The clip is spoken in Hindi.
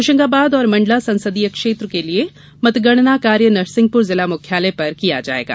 होशंगाबाद और मंडला संसदीय क्षेत्र को लिये मतगणना कार्य नरसिंहपुर जिला मुख्यालय पर किया जाएगा